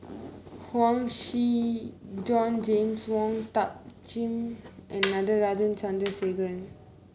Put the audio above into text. Huang Shi Joan James Wong Tuck Jim and Natarajan Chandrasekaran